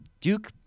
Duke